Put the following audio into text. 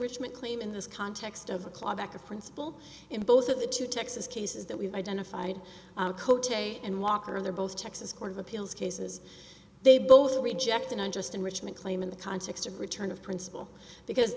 enrichment claim in this context of a clawback a principal in both of the two texas cases that we've identified ct and walker they're both texas court of appeals cases they both reject an unjust enrichment claim in the context of return of principle because